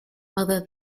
although